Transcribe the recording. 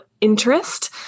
interest